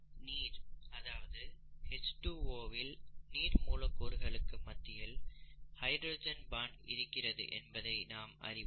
நீர் அதாவது H2O வில் நீர் மூலக்கூறுகளுக்கு மத்தியில் ஹைட்ரஜன் பான்ட் இருக்கிறது என்பதை நாம் அறிவோம்